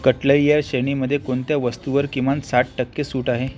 कटलइ या श्रेणीमध्ये कोणत्या वस्तुंवर किमान साठ टक्के सूट आहे